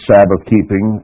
Sabbath-keeping